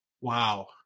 Wow